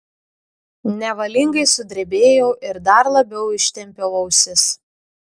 nevalingai sudrebėjau ir dar labiau ištempiau ausis